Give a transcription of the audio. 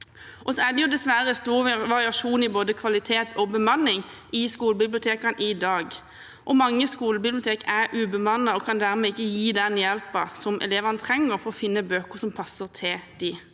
økt. Det er dessverre stor variasjon i både kvalitet og bemanning i skolebibliotekene i dag, og mange skolebiblioteker er ubemannede og kan dermed ikke gi elevene den hjelpen de trenger for å finne bøker som passer dem.